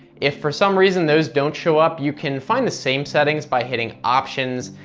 if for some reason those don't show up, you can find the same settings by hitting options,